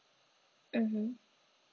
mmhmm